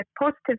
positive